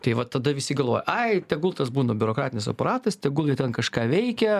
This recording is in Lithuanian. tai va tada visi galvoja ai tegul tas būna biurokratinis aparatas tegul jie ten kažką veikia